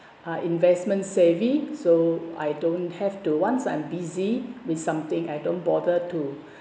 uh investment savvy so I don't have to once I'm busy with something I don't bother to